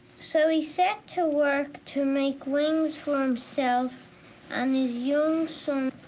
so he set to work to make wings for himself and his young son,